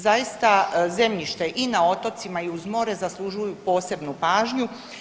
Zaista zemljište i na otocima i uz more zaslužuju posebnu pažnju.